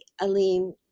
Aline